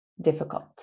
difficult